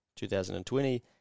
2020